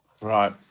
Right